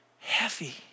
heavy